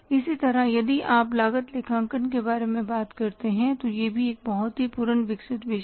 इसी तरह यदि आप लागत लेखांकन के बारे में बात करते हैं तो यह भी एक बहुत ही पूर्ण विकसित विषय हैं